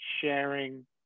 sharing